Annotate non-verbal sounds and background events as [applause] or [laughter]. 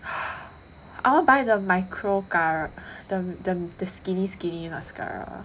[noise] I want to buy the micro car~ the skinny skinny mascara